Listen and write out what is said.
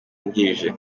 wungirije